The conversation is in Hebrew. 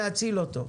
להציל את הבניין,